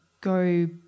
go